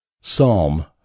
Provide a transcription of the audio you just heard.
Psalm